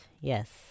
yes